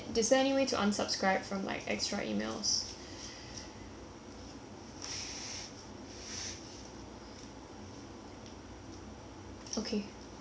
okay